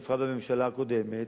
בפרט בממשלה הקודמת,